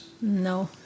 No